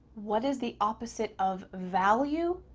what is the opposite of value?